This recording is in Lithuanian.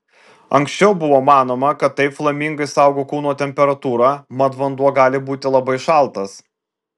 anksčiau buvo manoma kad taip flamingai saugo kūno temperatūrą mat vanduo gali būti labai šaltas